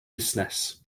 busnes